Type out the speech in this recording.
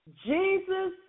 Jesus